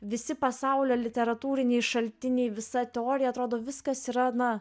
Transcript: visi pasaulio literatūriniai šaltiniai visa teorija atrodo viskas yra na